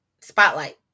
spotlight